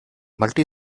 multi